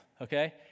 Okay